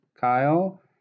kyle